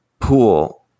pool